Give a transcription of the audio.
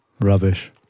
Rubbish